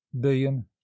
billion